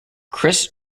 chris